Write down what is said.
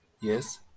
yes